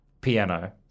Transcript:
Piano